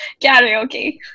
karaoke